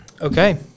Okay